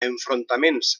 enfrontaments